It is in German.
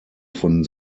von